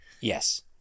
Yes